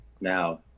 Now